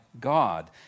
God